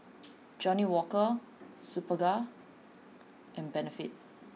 Johnnie Walker Superga and Benefit